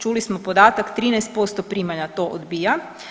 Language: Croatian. Čuli smo podatak 13% primalja to odbija.